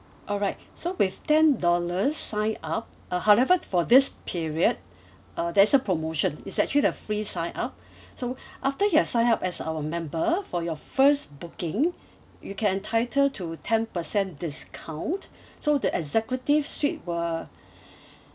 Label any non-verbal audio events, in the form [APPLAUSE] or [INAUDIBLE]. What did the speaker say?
alright so with ten dollars sign up uh however for this period [BREATH] uh there is a promotion it's actually the free sign up [BREATH] so [BREATH] after you have sign up as our member for your first booking [BREATH] you can entitle to ten percent discount [BREATH] so the executive suite were [BREATH]